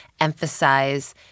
emphasize